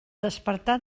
despertar